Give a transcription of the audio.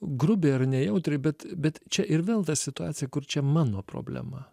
grubiai ar nejautriai bet bet čia ir vėl ta situacija kur čia mano problema